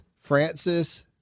francis